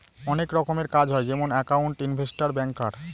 অনেক রকমের কাজ হয় যেমন একাউন্ট, ইনভেস্টর, ব্যাঙ্কার